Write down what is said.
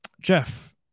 Jeff